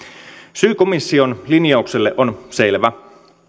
syy komission linjaukselle on selvä